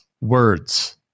words